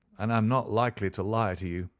and i am not likely to lie to you.